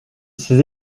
ses